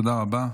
תודה רבה.